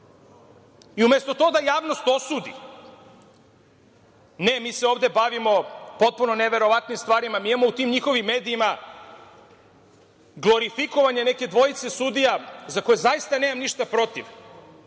umesto to da javnost osudi, ne, mi se ovde bavimo potpuno neverovatnim stvarima. Mi imamo u tim njihovim medijima glorifikovanje neke dvojice sudija za koje zaista nemam ništa protiv.